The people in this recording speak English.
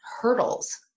hurdles